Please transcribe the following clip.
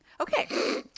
Okay